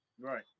right